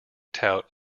tout